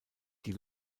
die